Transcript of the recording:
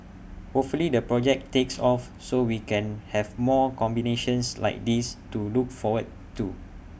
hopefully the project takes off so we can have more combinations like this to look forward to